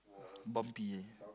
bumpy eh